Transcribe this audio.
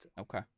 Okay